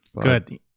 Good